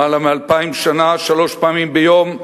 למעלה מאלפיים שנה, שלוש פעמים ביום,